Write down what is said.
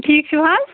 ٹھیک چھُو حظ